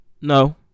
no